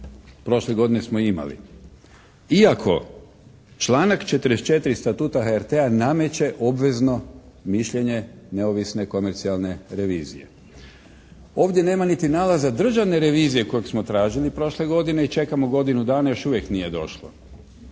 prošle godine smo imali, iako članak 44. statuta HRT-a nameće obvezno mišljenje neovisne komercijalne revizije. Ovdje nema niti nalaza državne revizije kojeg smo tražili prošle godine i čekamo godinu dana, još uvijek nije došlo.